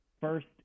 first